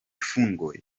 fungoj